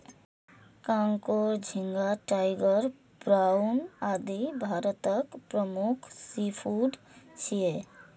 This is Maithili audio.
कांकोर, झींगा, टाइगर प्राउन, आदि भारतक प्रमुख सीफूड छियै